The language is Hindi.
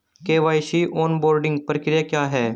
के.वाई.सी ऑनबोर्डिंग प्रक्रिया क्या है?